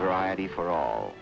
variety for all